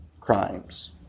crimes